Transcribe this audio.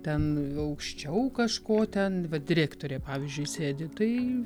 ten aukščiau kažko ten vat direktorė pavyzdžiui sėdi tai